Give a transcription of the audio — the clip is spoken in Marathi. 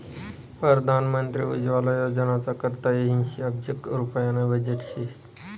परधान मंत्री उज्वला योजनाना करता ऐंशी अब्ज रुप्याना बजेट शे